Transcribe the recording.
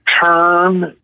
term